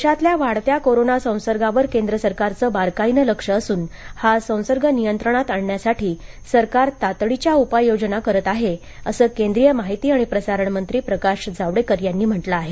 देशातल्या वाढत्या कोरोना संसर्गावर केंद्र सरकारचं बारकाईनं लक्ष असून हा संसर्ग नियंत्रणात आणण्यासाठी सरकार तातडीच्या उपाययोजना करत आहे असं केंद्रीय माहिती आणि प्रसारण मंत्री प्रकाश जावडेकर यांनी म्हटलं आहे